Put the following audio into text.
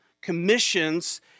commissions